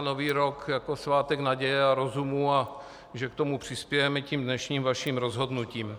Nový rok jako svátek naděje a rozumu a že k tomu přispějeme tím dnešním vaším rozhodnutím.